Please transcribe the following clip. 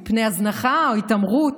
מפני הזנחה או התעמרות,